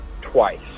twice